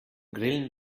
grillen